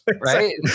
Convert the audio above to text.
right